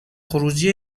خروجی